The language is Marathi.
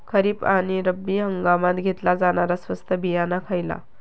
खरीप आणि रब्बी हंगामात घेतला जाणारा स्वस्त बियाणा खयला?